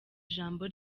ijambo